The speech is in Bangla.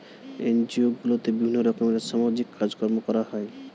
এনজিও গুলোতে বিভিন্ন রকমের সামাজিক কাজকর্ম করা হয়